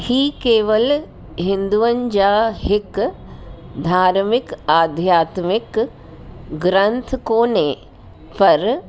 इहा केवल हिंदुअनि जा हिकु धार्मिक आध्यातमिक ग्रंथ कोन्हे पर